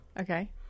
Okay